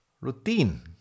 routine